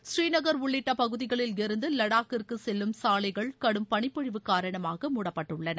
ஸ்ரீநகர் உள்ளிட்ட பகுதிகளிலிருந்து லடாக்கிற்கு செல்லும் சாலைகள் கடும் பனிப்பொழிவு காரணமாக மூடப்பட்டுள்ளன